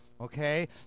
okay